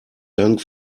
dank